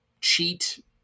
cheat